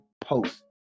post